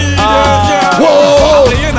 Whoa